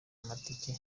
amatike